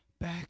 back